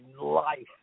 life